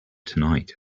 tonight